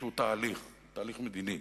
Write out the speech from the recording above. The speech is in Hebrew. שהוא תהליך, תהליך מדיני.